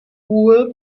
ruhe